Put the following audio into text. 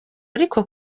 ariko